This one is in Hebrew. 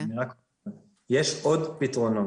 יש עוד פתרונות.